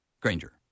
Granger